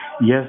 Yes